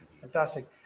Fantastic